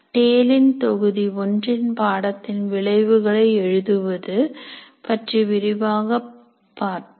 டேலின் தொகுதி ஒன்றில் பாடத்தின் விளைவுகளை எழுதுவது பற்றி விரிவாகப் பார்த்தோம்